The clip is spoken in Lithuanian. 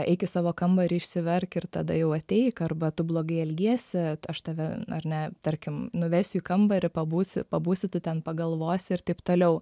eik į savo kambarį išsiverk ir tada jau ateik arba tu blogai elgiesi aš tave ar ne tarkim nuvesiu į kambarį pabūsi pabūsi tu ten pagalvosi ir taip toliau